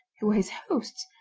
who were his hosts,